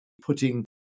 putting